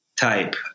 type